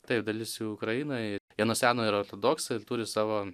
taip dalis į ukrainą į jie nuo seno yra ortodoksai ir turi savo